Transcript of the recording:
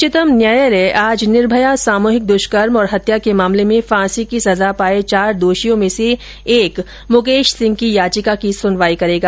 उच्चतम न्यायालय आज निर्भया सामूहिक दुष्कर्म और हत्या के मामले में फांसी की सजा पाए चार दोषियों में से एक मुकेश सिंह की याचिका की सुनवाई करेगा